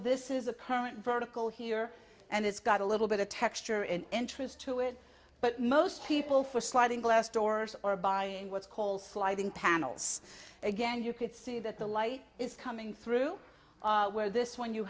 this is a current vertical here and it's got a little bit of texture in interest to it but most people for sliding glass doors or buying what's called sliding panels again you could see that the light is coming through where this when you